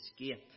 escape